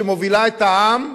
שמובילה את העם,